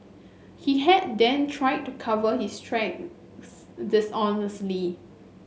he had then tried to cover his dishonestly